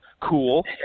cool